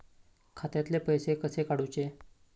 खात्यातले पैसे कसे काडूचे?